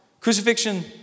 crucifixion